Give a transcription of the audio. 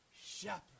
shepherd